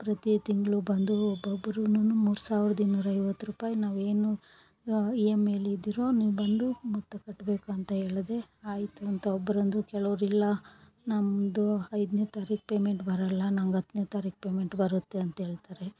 ಪ್ರತಿ ತಿಂಗಳು ಬಂದು ಒಬ್ಬೊಬ್ರುನು ಮೂರು ಸಾವಿರದ ಇನ್ನೂರೈವತ್ತು ರೂಪಾಯಿ ನಾವೇನು ಇ ಎಮ್ ಐ ಲಿ ಇದ್ದೀರೋ ನೀವು ಬಂದು ಮೊತ್ತ ಕಟ್ಬೇಕಂತ ಹೇಳ್ದೆ ಆಯಿತು ಅಂತ ಒಬ್ಬರಂದ್ರು ಕೆಲವ್ರು ಇಲ್ಲ ನಮ್ಮದು ಐದನೇ ತಾರೀಕು ಪೇಮೆಂಟ್ ಬರಲ್ಲ ನಮ್ಗೆ ಹತ್ತನೇ ತಾರೀಕು ಪೇಮೆಂಟ್ ಬರುತ್ತೆ ಅಂತೇಳ್ತಾರೆ